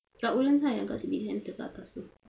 kat woodlands lah yang kat civic centre kat atas tu